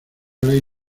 ley